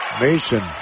Mason